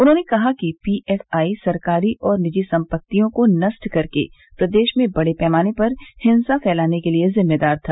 उन्होंने कहा कि पीएफआई सरकारी और निजी सम्पत्तियों को नष्ट करके प्रदेश में बड़े पैमाने पर हिंसा फैलाने के लिये ज़िम्मेदार था